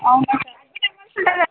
అవునా sir admit అవ్వాల్సుంటుందా sir